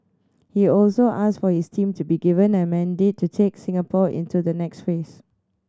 he also asked for his team to be given a mandate to take Singapore into the next phase